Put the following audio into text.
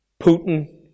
Putin